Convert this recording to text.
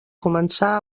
començà